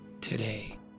today